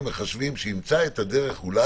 אני מציע שנקריא את התקנות.